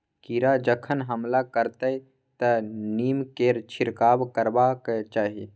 कीड़ा जखन हमला करतै तँ नीमकेर छिड़काव करबाक चाही